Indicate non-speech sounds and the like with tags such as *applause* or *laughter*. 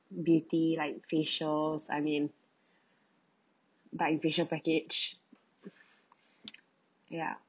beauty like facials I mean *breath* but with special package *breath* ya